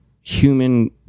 human